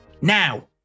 now